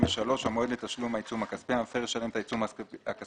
73.המועד לתשלום העיצום הכספי המפר ישלם את העיצום הכספי